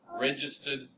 registered